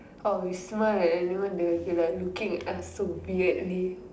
orh we smile and anyone there will be like looking at us so weirdly